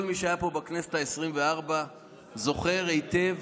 כל מי שהיה פה בכנסת העשרים-וארבע זוכר היטב